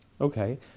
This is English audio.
Okay